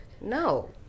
no